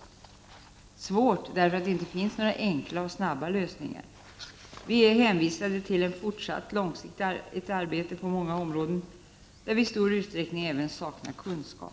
Det är svårt, därför att det inte finns några enkla, snabba lösningar. Vi är hänvisade till ett fortsatt långsiktigt arbete på många olika områden, där vi i stor utsträckning även saknar kunskap.